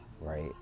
right